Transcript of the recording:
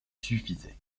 suffisait